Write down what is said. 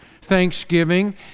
thanksgiving